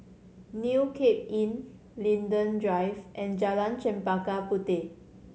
New Cape Inn Linden Drive and Jalan Chempaka Puteh